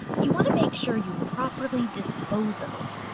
you want to make sure you properly dispose of it.